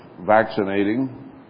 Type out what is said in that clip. vaccinating